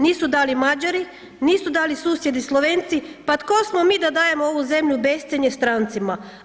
Nisu dali Mađari, nisu dali susjedi Slovenci, pa tko smo mi da dajemo ovu zemlju u bescjenje strancima?